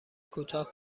کوتاه